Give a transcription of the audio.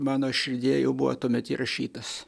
mano širdyje jau buvo tuomet įrašytos